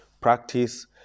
practice